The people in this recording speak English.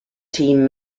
team